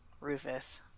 Rufus